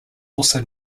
also